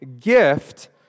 gift